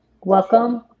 Welcome